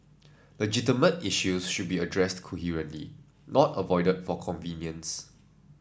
legitimate issues should be addressed coherently not avoided for convenience